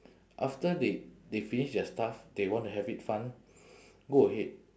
after they they finish their stuff they want to have it fun go ahead